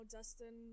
Dustin